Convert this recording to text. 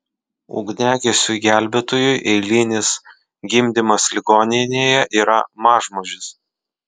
ugniagesiui gelbėtojui eilinis gimdymas ligoninėje yra mažmožis